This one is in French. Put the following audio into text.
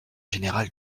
général